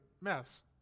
mess